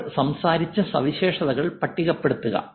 നമ്മൾ സംസാരിച്ച സവിശേഷതകൾ പട്ടികപ്പെടുത്തുക